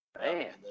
Man